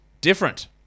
different